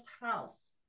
house